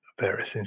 various